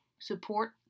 support